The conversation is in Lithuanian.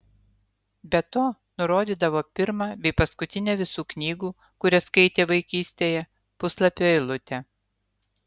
be to nurodydavo pirmą bei paskutinę visų knygų kurias skaitė vaikystėje puslapio eilutę